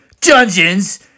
Dungeons